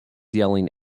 yelling